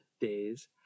days